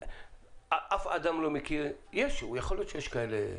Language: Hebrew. יכול להיות שיש כאלה קצת,